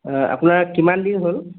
আপোনাৰ কিমান দিন হ'ল